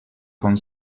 con